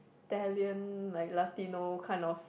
Italian like Latino kind of